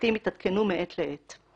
הפרטים יתעדכנו מעת לעת.